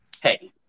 Hey